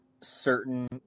certain